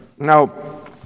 Now